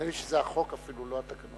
נדמה לי שזה החוק אפילו, לא התקנון.